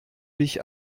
dich